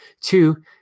Two